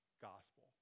gospel